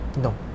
No